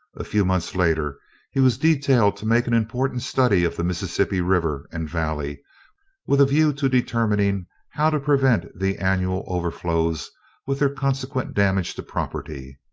a few months later he was detailed to make an important study of the mississippi river and valley with a view to determining how to prevent the annual overflows with their consequent damage to property.